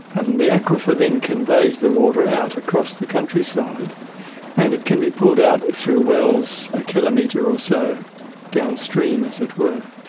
and the aquifer then conveys the water out across the countryside and it can be pulled out through wells one ah kilometre or so downstream, as it were.